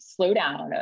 slowdown